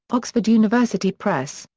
oxford university press,